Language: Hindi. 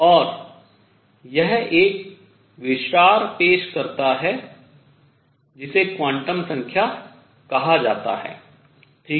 और यह एक विचार पेश करता है जिसे क्वांटम संख्या कहा जाता है ठीक है